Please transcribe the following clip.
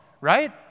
right